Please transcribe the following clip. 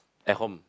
at home